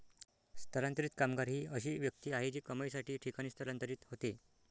स्थलांतरित कामगार ही अशी व्यक्ती आहे जी कमाईसाठी ठिकाणी स्थलांतरित होते